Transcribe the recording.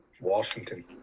Washington